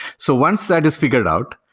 so once that is figured out,